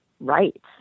right